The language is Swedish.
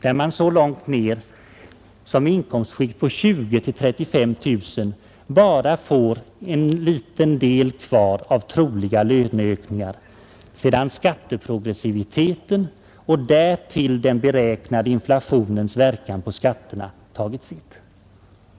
där man så långt ner som i inkomstskikt på 20 000—35 000 kronor bara får en liten del kvar av troliga löneökningar sedan skatteprogressiviteten och därtill den beräknade inflationens verkan på skatterna har tagit sitt.